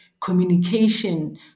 communication